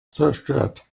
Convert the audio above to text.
zerstört